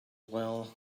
well